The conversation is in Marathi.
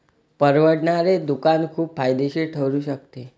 परवडणारे दुकान खूप फायदेशीर ठरू शकते